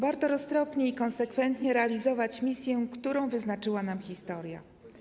Warto roztropnie i konsekwentnie realizować misję, którą wyznaczyła nam historia.